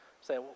say